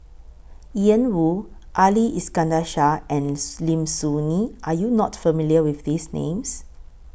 Ian Woo Ali Iskandar Shah and Lim Soo Ngee Are YOU not familiar with These Names